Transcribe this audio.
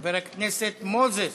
חבר הכנסת מוזס,